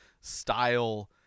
style